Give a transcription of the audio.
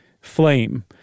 flame